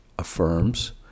affirms